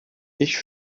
ich